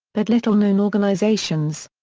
but little known organizations.